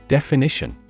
Definition